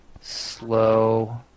slow